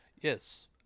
yes